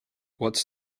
what’s